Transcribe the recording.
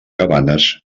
cabanes